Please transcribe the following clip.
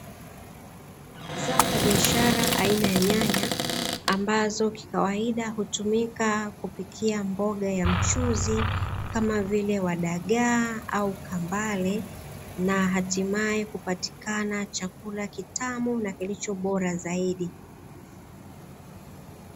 Zao la biashara aina ya nyanya, ambazo kikawaida hutumika kupikia mboga ya mchuzi kama vile wa dagaa au kambale na hatimaye kupatikana chakula kitamu na kilicho bora zaidi.